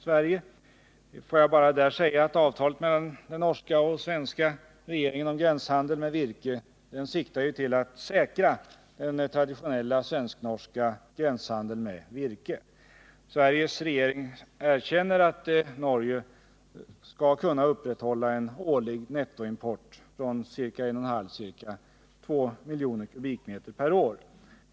Jag vill påpeka att den delen av avtalet mellan norska och svenska regeringen siktar till att säkra den traditionella svensknorska gränshandeln med virke. Sveriges regering erkänner att Norge skall kunna upprätthålla en årlig nettoimport på ca 1,5—-2 miljoner kubikmeter per år.